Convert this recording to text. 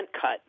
cut